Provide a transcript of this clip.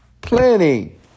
Plenty